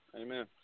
Amen